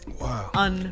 Wow